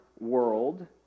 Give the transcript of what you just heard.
world